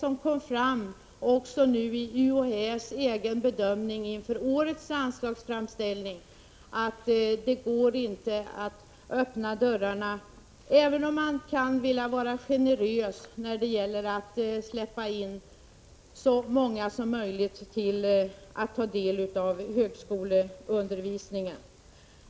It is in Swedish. Också UHÄ har inför årets anslagsframställning gjort bedömningen att det inte går att öppna dörrarna, även om man vill vara generös och låta så många som möjligt ta del av högskoleundervisningen.